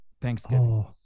Thanksgiving